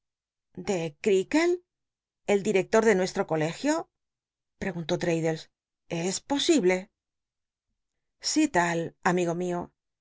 de creakle el director de nuestro colegio pregunto traddles es posible si tal amigo mio